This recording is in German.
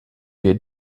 wir